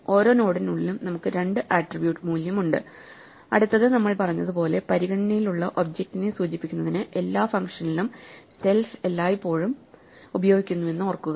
ഓരോ നോഡിനുള്ളിലും നമുക്ക് 2 ആട്രിബ്യൂട്ട് മൂല്യമുണ്ട് അടുത്തത് നമ്മൾ പറഞ്ഞതുപോലെ പരിഗണനയിലുള്ള ഒബ്ജക്റ്റിനെ സൂചിപ്പിക്കുന്നതിന് എല്ലാ ഫംഗ്ഷനിലും സെൽഫ് എല്ലായ്പ്പോഴും ഉപയോഗിക്കുന്നുവെന്നോർക്കുക